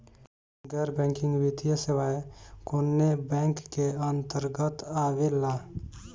गैर बैंकिंग वित्तीय सेवाएं कोने बैंक के अन्तरगत आवेअला?